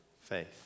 Faith